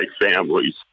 families